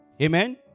Amen